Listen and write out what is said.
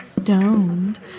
stoned